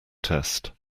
test